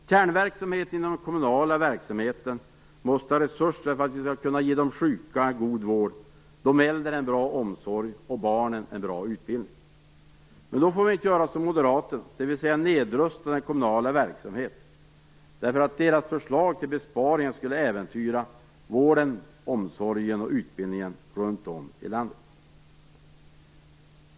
Kärnverksamheten inom den kommunala verksamheten måste ha resurser för att vi skall kunna ge de sjuka en god vård, de äldre en bra omsorg och barnen en bra utbildning. Men då får vi inte göra som moderaterna, dvs. nedrusta den kommunala verksamheten. Deras förslag till besparingar skulle äventyra vården, omsorgen och utbildningen runt om i landet.